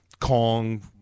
Kong